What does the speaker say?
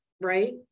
right